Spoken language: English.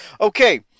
Okay